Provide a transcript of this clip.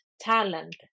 talent